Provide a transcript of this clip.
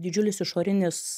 didžiulis išorinis